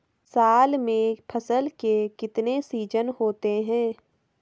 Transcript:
साल में फसल के कितने सीजन होते हैं?